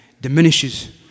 diminishes